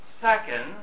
seconds